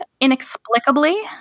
inexplicably